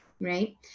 right